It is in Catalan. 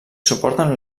suporten